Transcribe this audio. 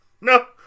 No